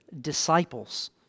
Disciples